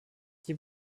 die